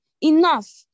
Enough